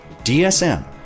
DSM